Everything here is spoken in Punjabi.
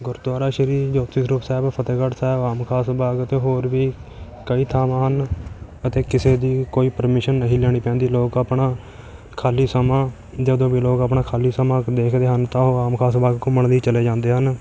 ਗੁਰਦੁਆਰਾ ਸ਼੍ਰੀ ਜੋਤੀ ਸਰੂਪ ਸਾਹਿਬ ਫਤਿਹਗੜ੍ਹ ਸਾਹਿਬ ਆਮ ਖ਼ਾਸ ਬਾਗ਼ ਅਤੇ ਹੋਰ ਵੀ ਕਈ ਥਾਵਾਂ ਹਨ ਅਤੇ ਕਿਸੇ ਦੀ ਕੋਈ ਪਰਮਿਸ਼ਨ ਨਹੀਂ ਲੈਣੀ ਪੈਂਦੀ ਲੋਕ ਆਪਣਾ ਖ਼ਾਲੀ ਸਮਾਂ ਜਦੋਂ ਵੀ ਲੋਕ ਆਪਣਾ ਖ਼ਾਲੀ ਸਮਾਂ ਦੇਖਦੇ ਹਨ ਤਾਂ ਉਹ ਆਮ ਖ਼ਾਸ ਬਾਗ਼ ਘੁੰਮਣ ਲਈ ਚਲੇ ਜਾਂਦੇ ਹਨ